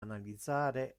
analizzare